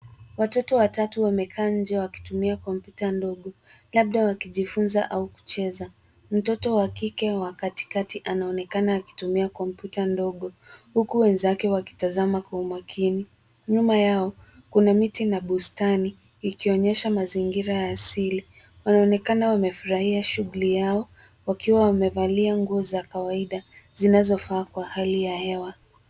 Watoto watatu wamekaa nje wakitumia kompyuta ndogo, labda wakijifunza au kucheza. Mtoto wa kike wa katikati anaonekana akitumia kompyuta ndogo, huku wenzake wakitazama kwa umakini. Nyuma yao, kuna miti na bustani, ikionyesha mazingira ya asili. Wanaonekana wamefurahia shughuli yao wakiwa wamevalia nguo za kawaida zinazofaa kwa hali ya hewa.